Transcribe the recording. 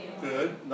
Good